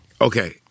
Okay